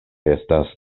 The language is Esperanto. estas